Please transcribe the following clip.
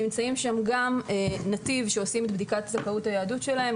נמצאת גם נתיב שעושה בדיקת זכאות היהדות שלהם,